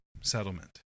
settlement